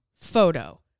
photo